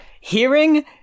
hearing